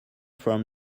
from